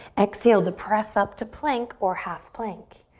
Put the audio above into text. exhale the press up to plank or half plank.